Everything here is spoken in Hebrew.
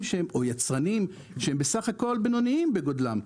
או יצרנים שהם בסך הכל בינוניים בגודלם,